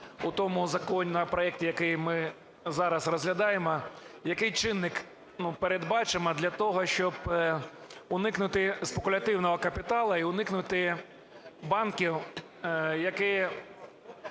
у тому законопроекті, який ми зараз розглядаємо, який чинник передбачено для того, щоб уникнути спекулятивного капіталу і уникнути банків, які